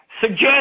suggest